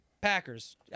Packers